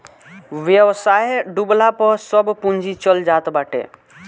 व्यवसाय डूबला पअ सब पूंजी चल जात बाटे